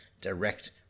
direct